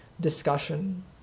discussion